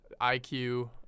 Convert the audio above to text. IQ